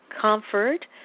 Comfort